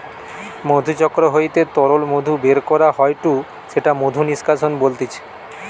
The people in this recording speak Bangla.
মধুচক্র হইতে তরল মধু বের করা হয়ঢু সেটা মধু নিষ্কাশন বলতিছে